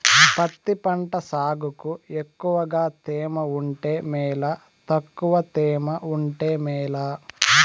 పత్తి పంట సాగుకు ఎక్కువగా తేమ ఉంటే మేలా తక్కువ తేమ ఉంటే మేలా?